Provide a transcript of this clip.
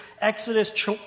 Exodus